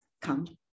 come